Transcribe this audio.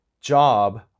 job